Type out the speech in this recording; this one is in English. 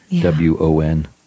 W-O-N